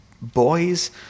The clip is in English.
boys